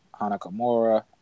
Hanakamura